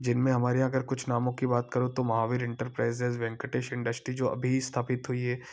जिनमें हमारे अगर कुछ नामों की बात करूँ तो महावीर इंटरप्राइजेज वेन्कटेश इंडस्ट्री जो अभी स्थापित हुई है